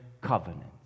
covenant